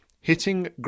hitting